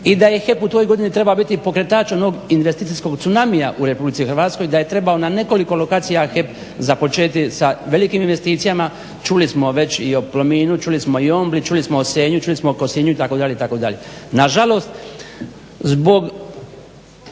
i da je HEP u toj godini trebao biti pokretač onog investicijskog tsunamija u RH da je trebao na nekoliko lokacija HEP započeti sa velikim investicijama. Čuli smo već i o Plominu, čuli smo i o Ombli, čuli smo o Senju, čuli smo o Kosinju itd., itd. Nažalost zbog